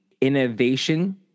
innovation